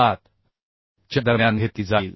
7 च्या दरम्यान घेतली जाईल